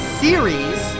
series